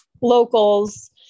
locals